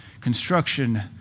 construction